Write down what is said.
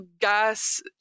gas